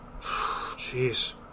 Jeez